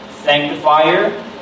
Sanctifier